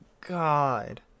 God